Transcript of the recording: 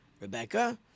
Rebecca